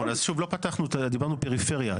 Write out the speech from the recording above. נכון, אז שוב, לא פתחנו, דיברנו פריפריה.